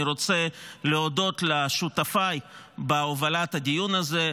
אני רוצה להודות לשותפיי בהובלת הדיון הזה,